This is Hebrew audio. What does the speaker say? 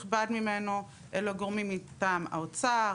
חלק נכבד ממנו אלה גורמים מטעם האוצר,